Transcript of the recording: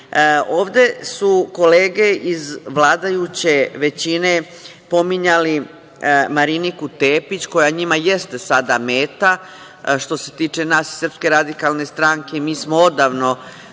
Ovde su kolege iz vladajuće većine pominjali Mariniku Tepić, koja njima jeste sada meta. Što se tiče nas iz SRS mi smo odavno